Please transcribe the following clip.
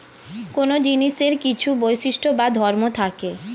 কোন জিনিসের কিছু বৈশিষ্ট্য বা ধর্ম থাকে